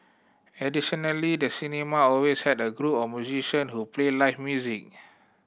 additionally the cinema always had a group of musician who played live music